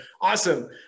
awesome